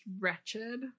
wretched